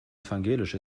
evangelisch